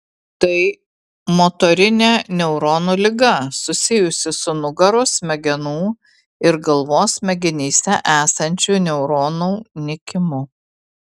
tai motorinė neuronų liga susijusi su nugaros smegenų ir galvos smegenyse esančių neuronų nykimu